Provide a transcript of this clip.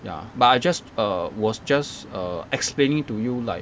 ya but I just err was just err explaining to you like